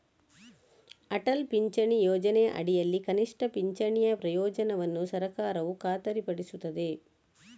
ಅಟಲ್ ಪಿಂಚಣಿ ಯೋಜನೆಯ ಅಡಿಯಲ್ಲಿ ಕನಿಷ್ಠ ಪಿಂಚಣಿಯ ಪ್ರಯೋಜನವನ್ನು ಸರ್ಕಾರವು ಖಾತರಿಪಡಿಸುತ್ತದೆ